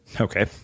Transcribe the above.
Okay